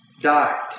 died